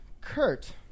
Kurt